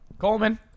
Coleman